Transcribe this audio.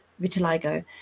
vitiligo